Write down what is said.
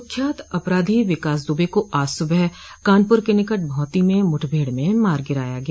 कुख्यात अपराधी विकास दुबे को आज सुबह कानपुर के निकट भौंती में मुठभेड में मार गिराया गया